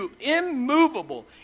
immovable